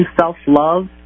self-love